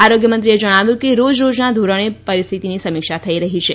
આરોગ્યમંત્રીએ જણાવ્યું કે રોજેરોજના ધોરણે પરિસ્થિતિની સમીક્ષા થઇ રહી છે